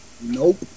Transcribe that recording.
nope